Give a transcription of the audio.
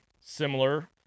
similar